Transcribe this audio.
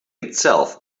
itself